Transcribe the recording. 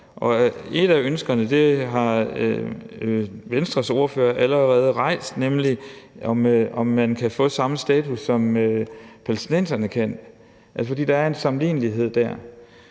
Et af ønskerne har Venstres ordfører allerede rejst, nemlig om man kan få samme status, som palæstinenserne kan, fordi der er en sammenlignelighed der.